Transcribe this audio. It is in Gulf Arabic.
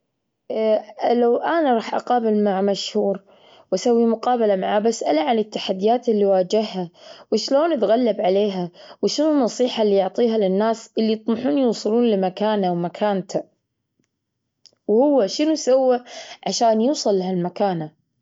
ااا لو أنا رح أقابل مع مشهور وأسوي مقابلة معاه بسأله عن التحديات اللي واجهها وشلون تغلب عليها؟ وشنو النصيحة اللي يعطيها للناس اللي يطمحون يوصلون لمكانه ومكانته؟ وهو شنو سوى عشان يوصل لها المكانة؟